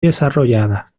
desarrolladas